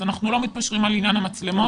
אז אנחנו לא מתפשרים על עניין המצלמות.